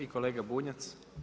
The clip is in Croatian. I kolega Bunjac.